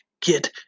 get